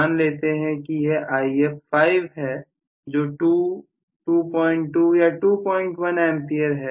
मान लेते हैं की यह If5 है जो 2 22 या 21 A है